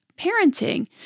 parenting